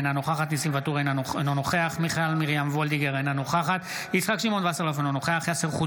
אינו נוכח סימון דוידסון, אינו נוכח אבי דיכטר,